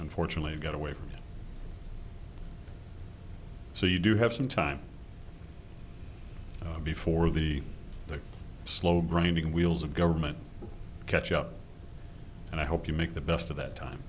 unfortunately got away from it so you do have some time before the slow grinding wheels of government catch up and i hope you make the best of that time